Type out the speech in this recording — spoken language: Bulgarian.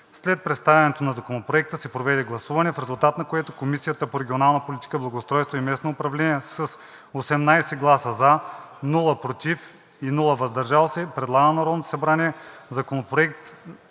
След представянето на Законопроекта се проведе гласуване, в резултат на което Комисията по регионална политика, благоустройство и местно самоуправление с 18 гласа – „за“, без гласове „против“ и „въздържал се“ предлага на Народното